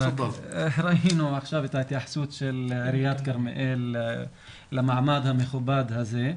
ראינו עכשיו את ההתייחסות של עיריית כרמיאל למעמד המכובד הזה,